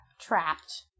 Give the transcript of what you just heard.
trapped